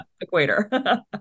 equator